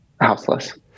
houseless